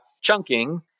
chunking